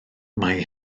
mae